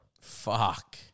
fuck